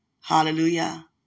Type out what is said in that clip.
hallelujah